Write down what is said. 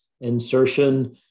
insertion